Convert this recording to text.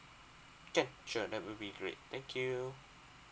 can sure that will be great thank you